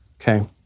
Okay